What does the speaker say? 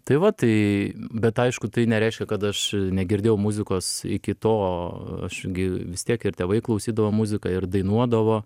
tai va tai bet aišku tai nereiškia kad aš negirdėjau muzikos iki to aš gi vis tiek ir tėvai klausydavo muziką ir dainuodavo